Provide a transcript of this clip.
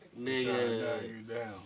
Nigga